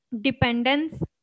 dependence